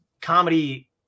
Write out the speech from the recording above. comedy